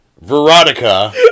Veronica